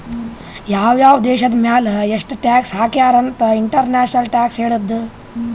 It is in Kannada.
ಯಾವ್ ಯಾವ್ ದೇಶದ್ ಮ್ಯಾಲ ಎಷ್ಟ ಟ್ಯಾಕ್ಸ್ ಹಾಕ್ಯಾರ್ ಅಂತ್ ಇಂಟರ್ನ್ಯಾಷನಲ್ ಟ್ಯಾಕ್ಸ್ ಹೇಳ್ತದ್